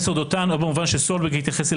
איל, תסתכל